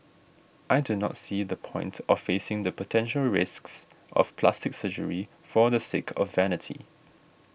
I do not see the point of facing the potential risks of plastic surgery for the sake of vanity